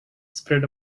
spread